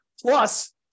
Plus